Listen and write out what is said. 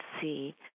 see